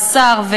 אז שר,